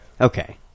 Okay